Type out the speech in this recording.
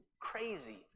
crazy